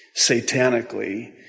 satanically